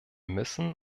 müssen